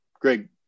Greg